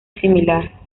similar